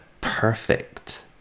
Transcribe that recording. perfect